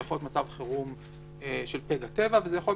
זה יכול להיות מצב חירום של פגע טבע וזה יכול להיות